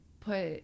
put